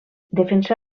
defensà